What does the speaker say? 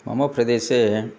मम प्रदेशे